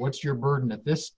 's your burden of this